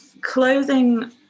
clothing